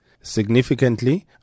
Significantly